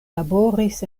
laboris